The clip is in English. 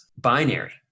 binary